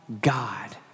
God